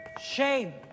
Shame